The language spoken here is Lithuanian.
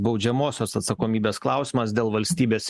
baudžiamosios atsakomybės klausimas dėl valstybės